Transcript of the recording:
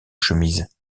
chemise